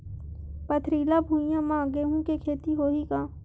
पथरिला भुइयां म गेहूं के खेती होही का?